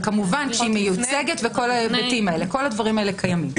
והיא מיוצגת וכל הדברים הללו קיימים.